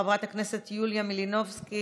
חברת הכנסת יוליה מלינובסקי.